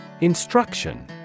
Instruction